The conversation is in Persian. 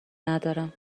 ندارم